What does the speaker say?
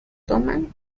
toman